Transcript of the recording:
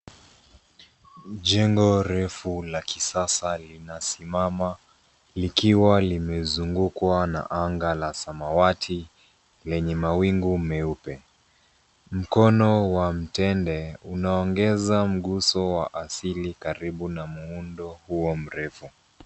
Jengo refu la kisasa linasimama likiwa limezungukwa na anga la samawati lenye mawingu meupe. Mkono wa mtende unaongeza mguso wa asili karibu na muundo huo mrefu.